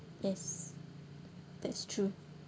yes that's true